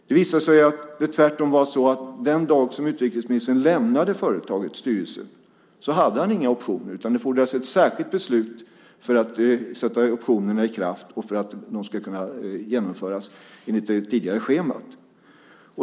Det visar sig att det tvärtom var så att den dag som utrikesministern lämnade företagets styrelse så hade han inga optioner, utan det fordrades ett särskilt beslut för att så att säga sätta optionerna i kraft och för att de skulle kunna genomföras enligt det tidigare schemat.